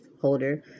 holder